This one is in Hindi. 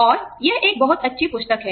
और यह एक बहुत अच्छी पुस्तक है